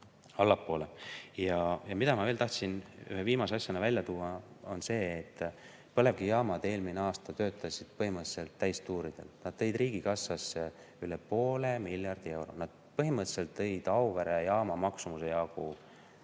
mida ma veel tahtsin ühe viimase asjana välja tuua, on see, et põlevkivijaamad eelmisel aastal töötasid põhimõtteliselt täistuuridel, nad tõid riigikassasse üle poole miljardi euro, seega põhimõtteliselt Auvere jaama maksumuse jagu